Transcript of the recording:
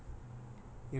okay